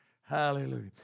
Hallelujah